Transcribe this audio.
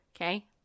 Okay